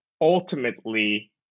ultimately